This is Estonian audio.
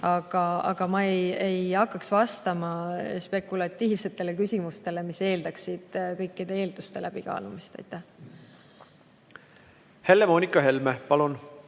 Aga ma ei hakka vastama spekulatiivsetele küsimustele, see eeldaks kõikide nende eelduste läbikaalumist. Helle-Moonika Helme, palun!